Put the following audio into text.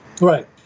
Right